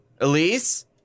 Elise